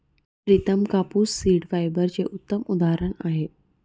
प्रितम कापूस सीड फायबरचे उत्तम उदाहरण आहे